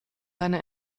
seine